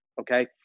okay